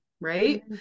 Right